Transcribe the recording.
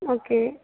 okay